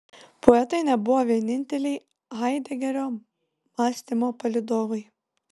poetai nebuvo vieninteliai haidegerio mąstymo palydovai